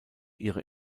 ihre